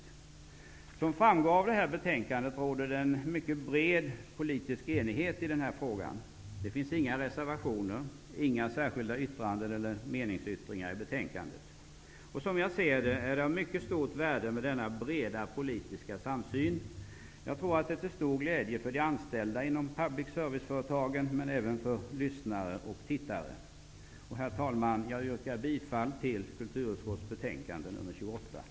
Som framgår av betänkandet, råder det en mycket bred politisk enighet i den här frågan. Det finns inga reservationer, inga särskilda yttranden eller meningsyttringar i betänkandet. Som jag ser det är det av mycket stort värde med denna breda politiska samsyn. Jag tror att det är till stor glädje för de anställda inom public service-företagen men även för lyssnare och tittare. Herr talman! Jag yrkar bifall till hemställan i kulturutskottets betänkande 28.